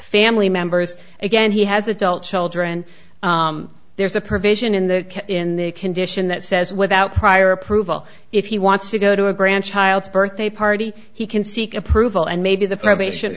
family members again he has adult children there's a provision in the in the condition that says without prior approval if he wants to go to a grandchild's birthday party he can seek approval and maybe the probation